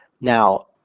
Now